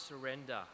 surrender